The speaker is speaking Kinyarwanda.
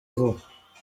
vuba